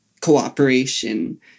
cooperation